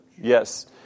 Yes